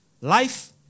life